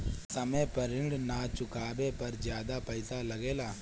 समय पर ऋण ना चुकाने पर ज्यादा पईसा लगेला?